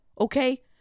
okay